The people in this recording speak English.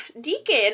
Deacon